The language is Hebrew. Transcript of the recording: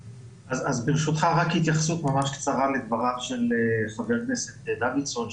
ברשותך רק התייחסות ממש קצרה לדבריו של חבר הכנסת דוידסון,